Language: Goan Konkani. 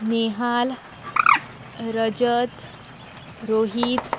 नेहाल रजत रोहीत